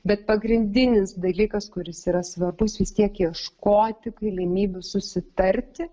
bet pagrindinis dalykas kuris yra svarbus vis tiek ieškoti galimybių susitarti